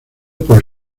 por